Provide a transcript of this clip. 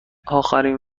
آخرین